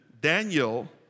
Daniel